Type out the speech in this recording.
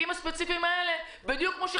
ספציפי זה או אחר,